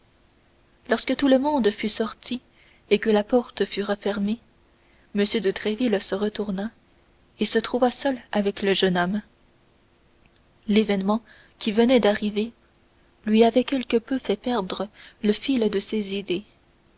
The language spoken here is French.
lorsque tout le monde fut sorti et que la porte fut refermée m de tréville se retourna et se trouva seul avec le jeune homme l'événement qui venait d'arriver lui avait quelque peu fait perdre le fil de ses idées